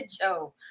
Joe